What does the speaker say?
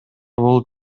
болуп